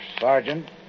Sergeant